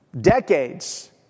decades